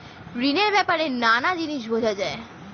ঋণের ব্যাপারে নানা জিনিস বোঝানো যায়